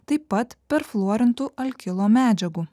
taip pat perfluorintų alkilo medžiagų